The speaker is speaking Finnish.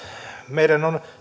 meidän on